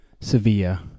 Sevilla